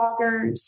bloggers